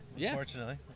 unfortunately